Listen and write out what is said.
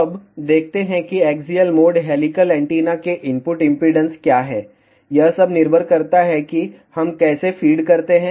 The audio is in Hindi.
अब देखते हैं कि एक्सियल मोड हेलिकल एंटीना के इनपुट इम्पीडेन्स क्या है यह सब निर्भर करता है कि हम कैसे फ़ीड करते हैं